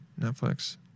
Netflix